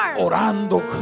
Orando